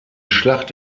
schlacht